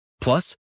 Plus